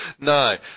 No